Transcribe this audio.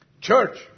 Church